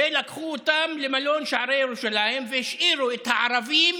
לקחו אותם למלון שערי ירושלים והשאירו את הערבים